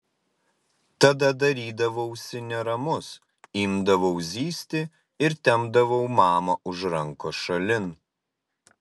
tada darydavausi neramus imdavau zyzti ir tempdavau mamą už rankos šalin